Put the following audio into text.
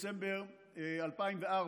ודצמבר 2004,